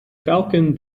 falcon